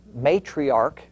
matriarch